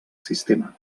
sistema